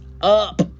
up